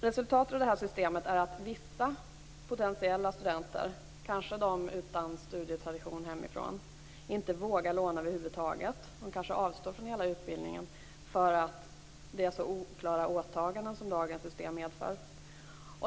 Resultatet av det här systemet är att vissa potentiella studenter, kanske de utan studietradition hemifrån, inte vågar låna över huvud taget. De kanske avstår från hela utbildningen därför att dagens system medför så oklara åtaganden.